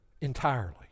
entirely